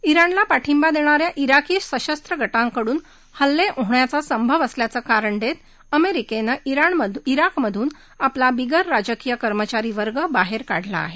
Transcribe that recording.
इराणला पाठिंबा देणाऱ्या इराकी सशस्त्र गाकिडून हल्ले होण्याचा संभव असल्याच कारण देत अमेरिकेने इराकमधून आपला बिगर राजकीय कर्मचारीवर्ग बाहेर काढला आहे